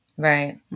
Right